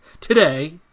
today